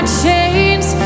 chains